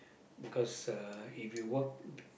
because uh if you work